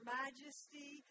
majesty